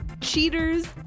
cheaters